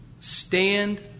Stand